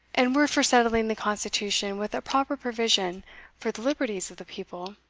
and were for settling the constitution with a proper provision for the liberties of the people.